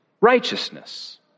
righteousness